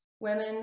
women